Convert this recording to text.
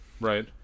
Right